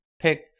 pick